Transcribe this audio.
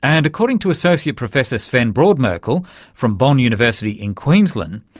and according to associate professor sven brodmerkel from bond university in queensland,